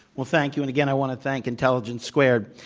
well, thank you. and again, i want to thank intelligence squared.